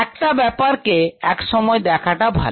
একটা ব্যাপারকে একসময় দেখাটা ভালো